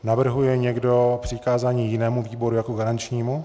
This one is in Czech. Navrhuje někdo přikázání jinému výboru jako garančnímu?